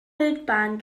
wildbahn